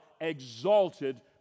exalted